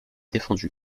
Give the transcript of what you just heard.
défendu